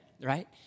right